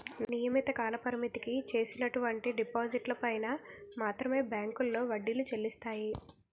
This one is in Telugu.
నియమిత కాలపరిమితికి చేసినటువంటి డిపాజిట్లు పైన మాత్రమే బ్యాంకులో వడ్డీలు చెల్లిస్తాయి